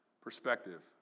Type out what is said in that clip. perspective